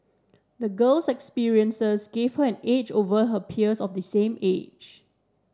the girl's experiences gave her an edge over her peers of the same age